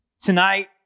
tonight